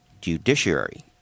judiciary